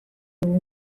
dugu